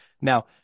Now